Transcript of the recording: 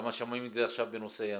גם שומעים את זה עכשיו בנושא יאנוח.